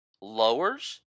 lowers